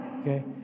okay